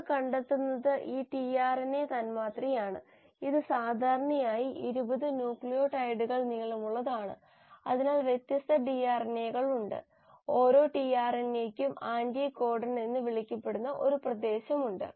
നിങ്ങൾ കണ്ടെത്തുന്നത് ഈ ടിആർഎൻഎ തന്മാത്രയാണ് ഇത് സാധാരണയായി 80 ന്യൂക്ലിയോടൈഡുകൾ നീളമുള്ളതാണ് അതിനാൽ വ്യത്യസ്ത ടിആർഎൻഎകളുണ്ട് ഓരോ ടിആർഎൻഎയ്ക്കും ആന്റി കോഡൺ എന്ന് വിളിക്കുന്ന ഒരു പ്രദേശമുണ്ട്